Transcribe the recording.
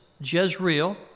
Jezreel